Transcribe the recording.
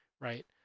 right